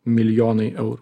milijonai eurų